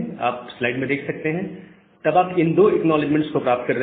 आप स्लाइड में देख सकते हैं तब आप इन 2 एक्नॉलेजमेंट्स को प्राप्त कर रहे हैं